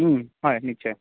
হয় নিশ্চয়